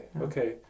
okay